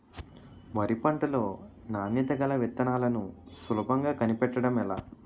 వరి పంట లో నాణ్యత గల విత్తనాలను సులభంగా కనిపెట్టడం ఎలా?